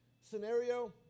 scenario